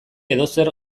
edozer